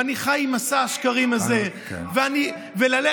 אני חי עם מסע השקרים הזה, בשביל זה הצבעת נגד?